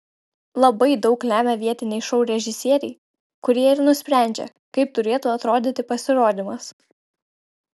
labai daug lemia vietiniai šou režisieriai kurie ir nusprendžia kaip turėtų atrodyti pasirodymas